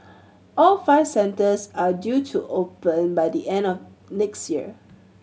all five centres are due to open by the end of next year